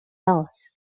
else